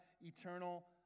eternal